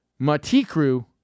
Matikru